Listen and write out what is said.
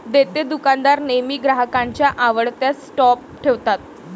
देतेदुकानदार नेहमी ग्राहकांच्या आवडत्या स्टॉप ठेवतात